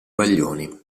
baglioni